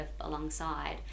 alongside